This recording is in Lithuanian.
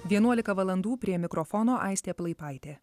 vienuolika valandų prie mikrofono aistė plaipaitė